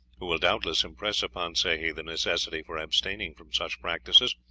who will doubtless impress upon sehi the necessity for abstaining from such practices,